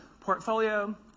portfolio